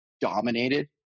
dominated